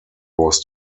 was